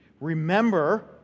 Remember